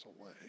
away